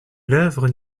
l’œuvre